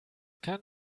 kann